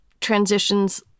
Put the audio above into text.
transitions